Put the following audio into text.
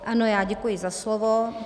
Ano, já děkuji za slovo.